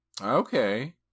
Okay